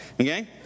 okay